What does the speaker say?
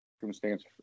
circumstance